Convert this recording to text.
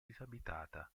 disabitata